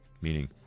Meaning